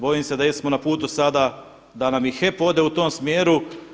Bojim se da smo na putu sada da nam i HEP ode u tom smjeru.